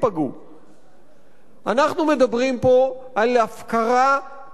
אנחנו מדברים פה על הפקרה חסרת אחריות